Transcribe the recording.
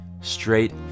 straight